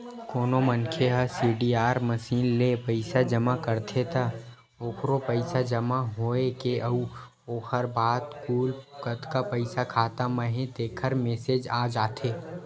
कोनो मनखे ह सीडीआर मसीन ले पइसा जमा करथे त ओखरो पइसा जमा होए के अउ ओखर बाद कुल कतका पइसा खाता म हे तेखर मेसेज आ जाथे